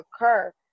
occur